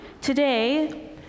Today